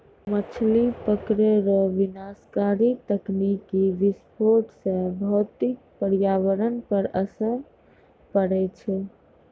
मछली पकड़ै रो विनाशकारी तकनीकी विस्फोट से भौतिक परयावरण पर असर पड़ै छै